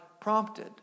prompted